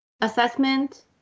assessment